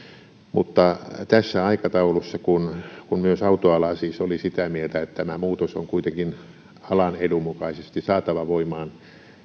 mutta tässä aikataulussa kun kun myös autoala oli siis sitä mieltä että tämä muutos on kuitenkin alan edun mukaisesti saatava voimaan